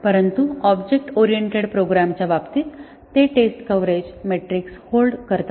परंतु object oriented प्रोग्रामच्या बाबतीत ते टेस्ट कव्हरेज मेट्रिक्स होल्ड करतात का